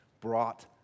brought